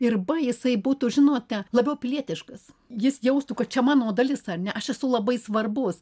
irba jisai būtų žinote labiau pilietiškas jis jaustų kad čia mano dalis ar ne aš esu labai svarbus